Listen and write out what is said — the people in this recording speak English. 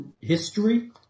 history